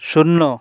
শূন্য